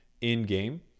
in-game